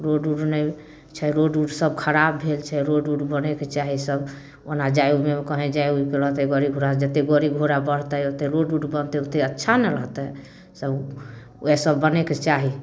road उड नहि छै रोड उड सब खराब भेल छै रोड उड बनैके चाही सब ओना जाइ उइमे कहीँ जाइ उइके रहतै गाड़ी घोड़ा जतेक गाड़ी घोड़ा बढ़तै ओतेक रोड उड बनतै ओतेक अच्छा ने रहतै सब वएह सब बनैके चाही